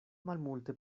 malmulte